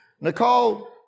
Nicole